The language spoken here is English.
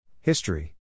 History